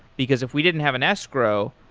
because if we didn't have an escrow,